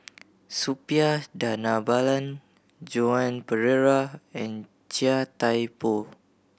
Suppiah Dhanabalan Joan Pereira and Chia Thye Poh